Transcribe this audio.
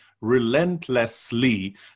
relentlessly